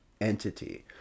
entity